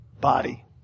body